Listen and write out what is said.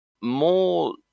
more